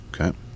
Okay